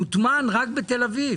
מוטמן רק בתל אביב.